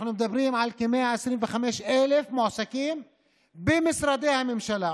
אנחנו מדברים על כ-125,000 מועסקים במשרדי הממשלה,